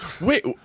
wait